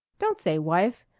don't say wife.